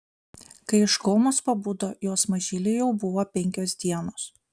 kai iš komos pabudo jos mažylei jau buvo penkios dienos